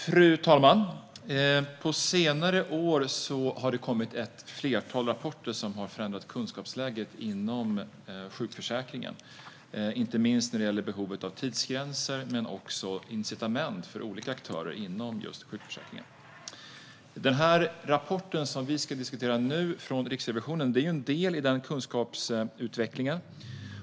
Fru talman! På senare år har det kommit ett flertal rapporter som har förändrat kunskapsläget om sjukförsäkringen, inte minst vad gäller behovet av tidsgränser och incitament för olika aktörer inom sjukförsäkringen. Riksrevisionens rapport om sjukskrivning Den rapport från Riksrevisionen som vi nu diskuterar är en del i denna kunskapsutveckling.